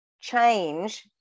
change